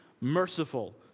merciful